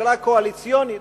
ממשלה קואליציונית,